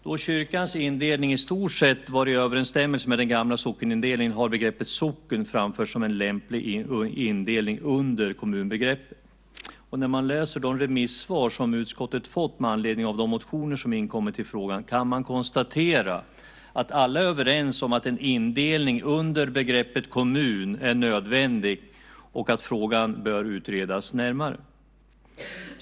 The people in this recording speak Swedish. Då kyrkans indelning i stort sett var i överensstämmelse med den gamla sockenindelningen har begreppet socken framförts som en lämplig indelning under kommunbegreppet. När man läser de remissvar som utskottet har fått med anledning av de motioner som inkommit i frågan kan man konstatera att alla är överens om att en indelning under begreppet kommun är nödvändig och att frågan bör utredas närmare.